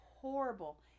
horrible